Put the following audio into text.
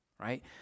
Right